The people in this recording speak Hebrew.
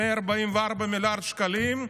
144 מיליארד שקלים,